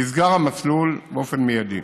נסגר המסלול באופן מיידי.